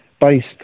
based